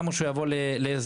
למה שהוא יבוא להסדר?